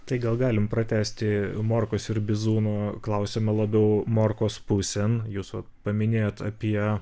tai gal galim pratęsti morkos ir bizūno klausimą labiau morkos pusėn jūs paminėjot apie